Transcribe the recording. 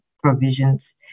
provisions